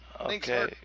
Okay